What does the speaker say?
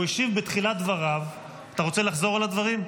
הוא השיב בתחילת דבריו, אתה רוצה לחזור על הדברים?